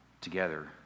together